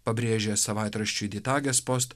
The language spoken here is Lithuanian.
pabrėžė savaitraščiui dytagespost